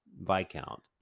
Viscount